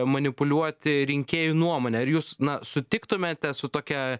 manipuliuoti rinkėjų nuomone ar jūs na sutiktumėte su tokia